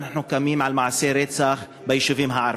אנחנו קמים למעשה רצח ביישובים הערביים.